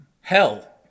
Hell